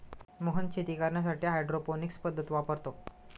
मोहन शेती करण्यासाठी हायड्रोपोनिक्स पद्धत वापरतो